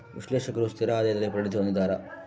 ವಿಶ್ಲೇಷಕರು ಸ್ಥಿರ ಆದಾಯದಲ್ಲಿ ಪರಿಣತಿ ಹೊಂದಿದ್ದಾರ